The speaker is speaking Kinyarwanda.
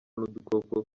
n’udukoko